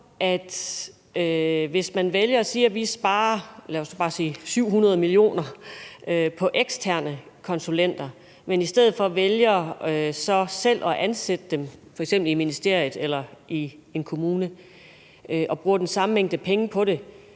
at man sparer, lad os bare sige 700 mio. kr. på eksterne konsulenter, men i stedet for vælger så selv at ansætte dem, f.eks. i ministeriet eller i en kommune, og bruger den samme mængde penge på det,